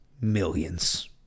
millions